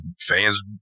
fans